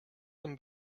them